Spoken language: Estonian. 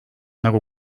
nagu